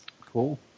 Cool